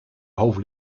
hoofd